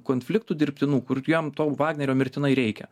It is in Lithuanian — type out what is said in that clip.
konfliktų dirbtinų kur jiem to vagnerio mirtinai reikia